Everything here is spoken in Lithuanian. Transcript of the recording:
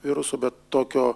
viruso bet tokio